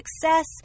success